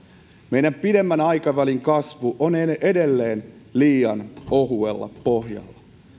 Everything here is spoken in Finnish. meidän pidemmän aikavälin kasvu on edelleen liian ohuella pohjalla